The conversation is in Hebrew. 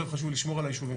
יותר חשוב לשמור על הישובים.